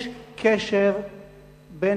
יש קשר בין